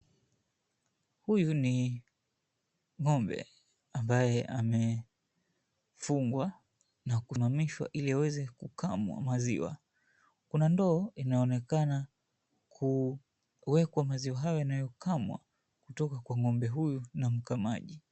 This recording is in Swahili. Huyu ni ng'ombe ambaye amefungwa na kunamishwa ili aweze kukamua maziwa. Kuna ndoo inaonekana kuwekwa maziwa hayo yanayokamwa kutoka kwa ng'ombe huyu na mkamaji.